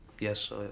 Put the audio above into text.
yes